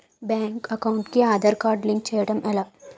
Bank account కి Aadhaar card link చేయడం ఎలా?